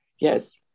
Yes